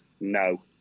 No